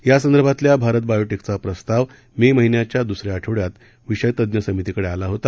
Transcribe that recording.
या संदर्भातल्या भारत बायोटेकचा प्रस्ताव मे महिन्याच्या दुसऱ्या आठवड्यात विषय तज्ज्ञ समितीकडे आला होता